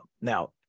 Now